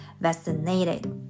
vaccinated